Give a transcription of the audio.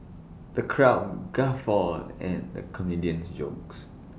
the crowd guffawed at the comedian's jokes